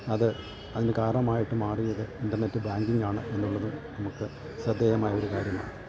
അത് അതിന് കാരണമായിട്ട് മാറിയത് ഇൻറ്റർനെറ്റ് ബാങ്കിങ്ങാണ് എന്നുള്ളതും നമുക്ക് ശ്രദ്ധേയമായൊരു കാര്യമാണ്